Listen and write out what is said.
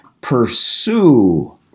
pursue